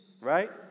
right